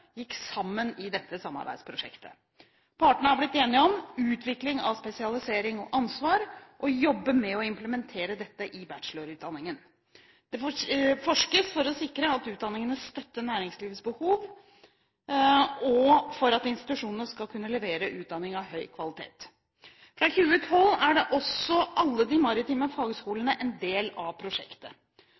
gikk sammen i dette samarbeidsprosjektet. Partnerne har blitt enige om utvikling av spesialisering og ansvar og jobber med å implementere dette i bachelorutdanningen. Det forskes for å sikre at utdanningene støtter næringslivets behov, og for at institusjonene skal kunne levere utdanning av høy kvalitet. Fra 2012 er også alle de maritime fagskolene en del av prosjektet.